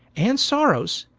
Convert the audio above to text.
and sorrowes,